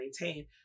maintain